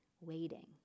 waiting